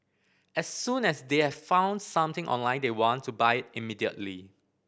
as soon as they've found something online they want to buy immediately